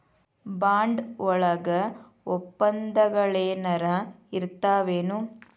Bond ವಳಗ ವಪ್ಪಂದಗಳೆನರ ಇರ್ತಾವೆನು?